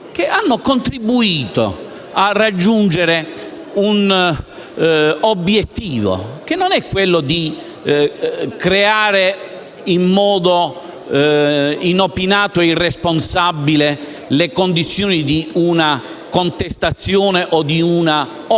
che hanno contribuito a raggiungere un obiettivo, che non è quello di creare, in modo inopinato e irresponsabile le condizioni di una contestazione, di un'opposizione